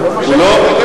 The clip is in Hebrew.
לא.